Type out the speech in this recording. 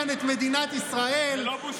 יאיר לפיד, שתכנן כאן את מדינת ישראל, זה לא בושה.